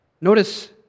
Notice